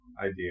idea